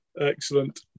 excellent